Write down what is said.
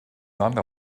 none